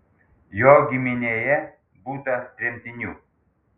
jo giminėje būta tremtinių